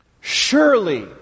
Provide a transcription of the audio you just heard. Surely